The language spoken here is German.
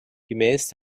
gemäß